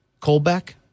Colbeck